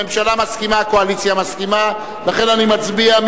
הממשלה מסכימה, הקואליציה מסכימה, לכן אני מצביע.